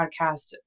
podcast